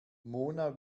mona